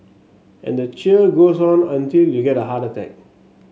and the cheer goes on until you get a heart attack